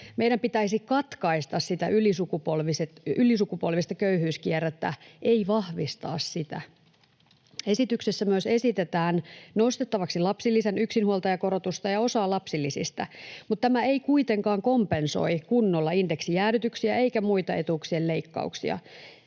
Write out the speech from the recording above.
Meidän pitäisi katkaista sitä ylisukupolvista köyhyyskierrettä, ei vahvistaa sitä. Esityksessä myös esitetään nostettavaksi lapsilisän yksinhuoltajakorotusta ja osaa lapsilisistä, mutta tämä ei kuitenkaan kompensoi kunnolla indeksijäädytyksiä eikä muita etuuksien leikkauksia.